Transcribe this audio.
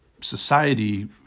society